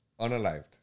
Unalived